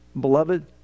Beloved